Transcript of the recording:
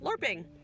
LARPing